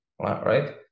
right